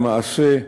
למעשה,